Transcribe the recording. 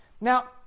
Now